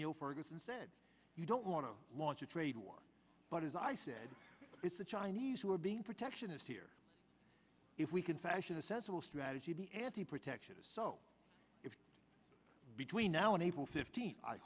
the o ferguson said you don't want to launch a trade war but as i said it's the chinese who are being protectionist here if we can fashion a sensible strategy the anti protectionist so if between now and april fifteen